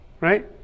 Right